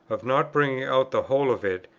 of not bringing out the whole of it,